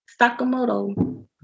sakamoto